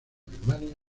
birmania